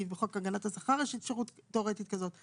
בחוק הגנת השכר יש אפשרות תיאורטית כזאת,